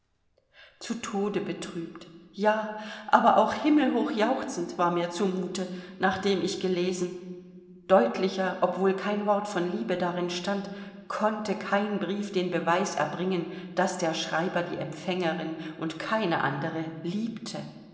zu tode betrübt ja aber auch himmelhochjauchzend war mir zu mute nachdem ich gelesen deutlicher obwohl kein wort von liebe darin stand konnte kein brief den beweis erbringen daß der schreiber die empfängerin und keine andere liebte